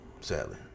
sadly